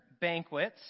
banquets